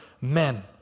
men